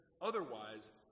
otherwise